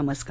नमस्कार